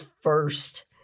first